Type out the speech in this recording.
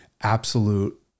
absolute